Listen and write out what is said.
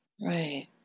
Right